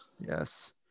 Yes